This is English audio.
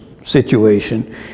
situation